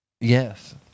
Yes